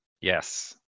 Yes